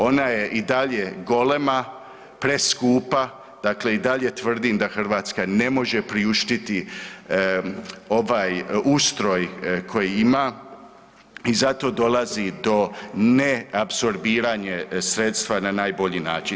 Ona je i dalje golema, preskupa, dakle i dalje tvrdim da Hrvatska ne može priuštiti ovaj ustroj koji ima i zato dolazi do neapsorbiranje sredstva na najbolji način.